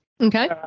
Okay